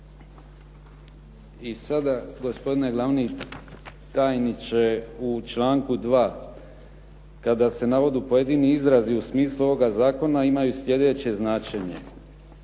I sada gospodine glavni tajniče u članku 2. Kada se navodu pojedini izrazi u smislu ovoga zakona imaju slijedeće značenje.